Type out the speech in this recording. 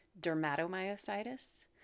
dermatomyositis